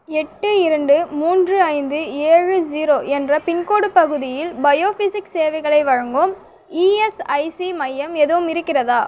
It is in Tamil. எட்டு இரண்டு மூன்று ஐந்து ஏழு ஜீரோ என்ற பின்கோட் பகுதியில் பயோஃபிஸிக்ஸ் சேவைகளை வழங்கும் இஎஸ்ஐசி மையம் எதுவும் இருக்கிறதா